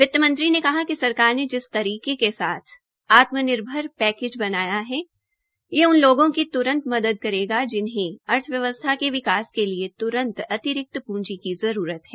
वित्तमंत्री ने कहा कि सरकार ने जिस तरीके के साथ आत्मनिर्भर पैकेज बनाया है ये उन लोगों की त्रंत मदद करेगा जिन्हें अर्थव्यवस्था के विकास के लिए त्रंत अतिरिक्त पूंजी की आवश्यक्ता है